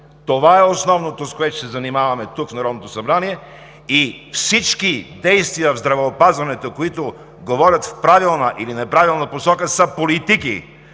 Това е основното, с което ще се занимаваме тук, в Народното събрание, и всички действия в здравеопазването, които говорят в правилна и в неправилна посока, са политики.